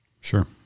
Sure